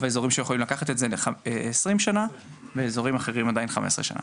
האזורים שיכולים לקחת את זה למשך 20 שנה ובאזורים אחרים עדיין ל-15 שנה